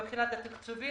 מבחינת התקצוב,